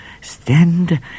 stand